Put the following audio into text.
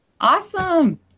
Awesome